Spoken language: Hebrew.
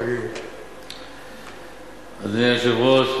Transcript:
אדוני היושב-ראש,